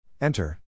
Enter